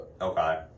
Okay